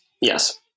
Yes